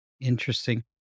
Interesting